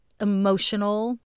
emotional